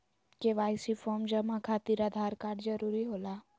KYC form जमा खातिर Aadhaar card जरूरी होला?